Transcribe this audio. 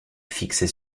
fixait